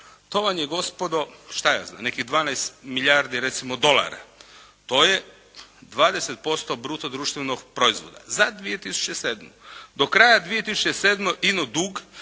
To vam je gospodo šta ja znam nekih 12 milijardi recimo dolara. To je 20% bruto društvenog proizvoda za 2007. Do kraja 2007. ino dug